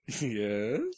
Yes